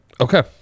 Okay